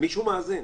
מישהו מאזין.